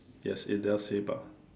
yes it does say bar